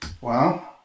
Wow